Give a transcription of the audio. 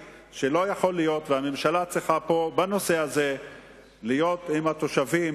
הממשלה צריכה בנושא הזה להיות עם התושבים